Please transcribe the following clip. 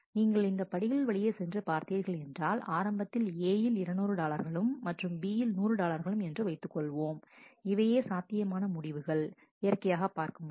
நீங்கள் இந்த படிகள் வழியே சென்று பார்த்தீர்கள் என்றால் ஆரம்பத்தில் A இல் 200 டாலர்களும் மற்றும் B இல் 100 டாலர்களும் என்று வைத்துக் கொள்வோம் இவையே சாத்தியமான முடிவுகள் இயற்கையாக பார்க்கும்போது